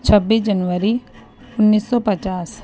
چھبیس جنوری انیس سو پچاس